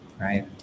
right